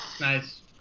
nice